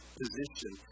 position